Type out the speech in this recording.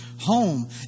home